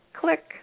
Click